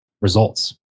results